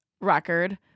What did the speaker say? record